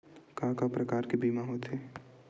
का का प्रकार के बीमा होथे?